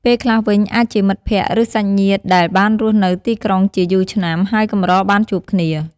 ពេលខ្លះវិញអាចជាមិត្តភក្ដិ ឬសាច់ញាតិដែលដែលបានរស់នៅទីក្រុងជាយូរឆ្នាំ ហើយកម្របានជួបគ្នា។